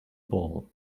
ball